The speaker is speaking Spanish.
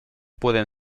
pueden